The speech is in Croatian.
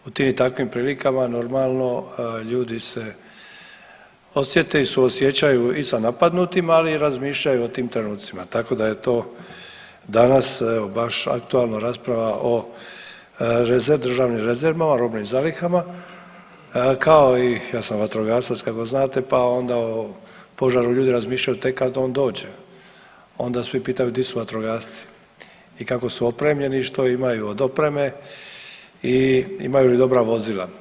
U tim i takvim prilikama normalno ljudi se osjete i suosjećaju i sa napadnutim, ali i razmišljaju o tim trenucima tako da je to danas evo baš aktualna rasprava o državnim rezervama robnim zalihama kao i ja sam vatrogasac kako znate pa onda o požaru ljudi razmišljaju tek kad on dođe, onda svi pitaju di su vatrogasci i kako su opremljeni i što imaju od opreme i imaju li dobra vozila.